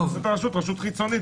היא רשות חיצונית.